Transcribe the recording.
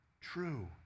true